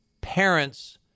parents